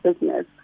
business